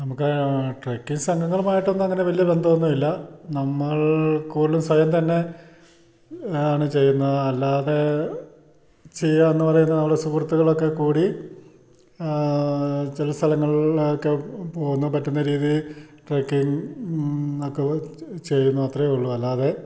നമുക്ക് ട്രക്കിംഗ് സംഘങ്ങളുമായിട്ടൊന്നും അങ്ങനെ വലിയ ബന്ധമൊന്നുമില്ല നമ്മൾ കൂടുതലും സ്വയം തന്നെ ആണ് ചെയ്യുന്നത് അല്ലാതെ ചെയ്യാമെന്നു പറയുന്ന നമ്മൾ സുഹൃത്തുക്കളൊക്കെ കൂടി ചില സ്ഥലങ്ങളിലൊക്കെ പോകുന്നു പറ്റുന്ന രീതി ട്രക്കിംഗ് ഒക്കെ ചെയ്യുന്നു അത്രയേ ഉള്ളൂ അല്ലാതെ